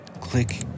Click